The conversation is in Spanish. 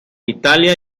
italia